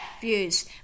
views